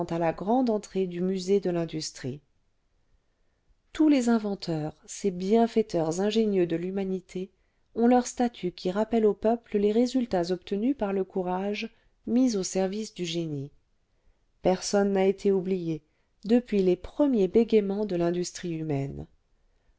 à la grande entrée du musée de l'industrie tous les inventeurs ces bienfaiteurs ingénieux de l'humanité ont leur statue qui rappelle au peuple les résultats obtenus par le courage mis au service du génie personne n'a été oublié depuis les premiers bégayements de l'industrie humaine